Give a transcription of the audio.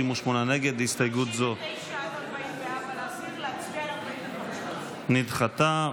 הסתייגות זו נדחתה.